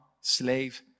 slave